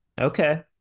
okay